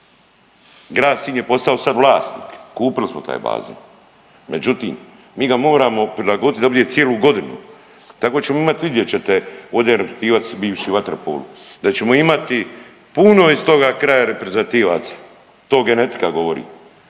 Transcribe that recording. Grad Sinj je sad postao vlasnik, kupili smo taj bazen, međutim mi ga moramo prilagodit da bude cijelu godinu. Tako ćemo imat vidjet ćete ovdje je reprezentativac bivši u vaterpolu da ćemo imati puno iz toga kraja reprezentativaca to genetika govori.